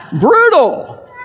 Brutal